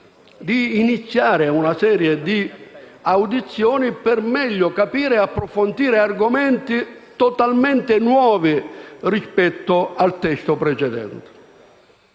di iniziare una serie di audizioni, per meglio capire ed approfondire argomenti totalmente nuovi rispetto al testo precedente.